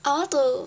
oh I want to